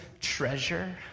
treasure